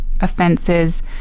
offenses